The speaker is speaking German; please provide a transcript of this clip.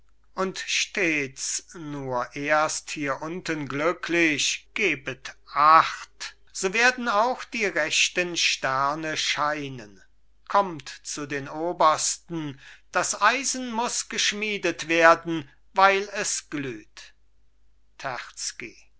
und stehts nur erst hier unten glücklich gebet acht so werden auch die rechten sterne scheinen kommt zu den obersten das eisen muß geschmiedet werden weil es glüht